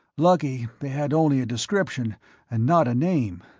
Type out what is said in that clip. lucky they had only a description and not a name